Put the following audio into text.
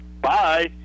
Bye